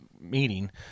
meeting